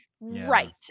right